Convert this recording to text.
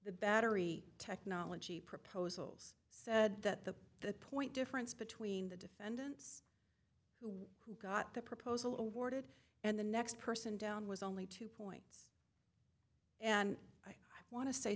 the battery technology proposals said that the the point difference between the defendants who got the proposal awarded and the next person down was only two points and i want to say